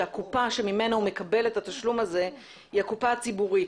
שהקופה שממנה הוא מקבל את התשלום הזה היא הקופה הציבורית.